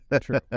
True